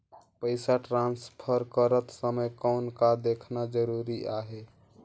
पइसा ट्रांसफर करत समय कौन का देखना ज़रूरी आहे?